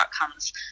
outcomes